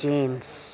James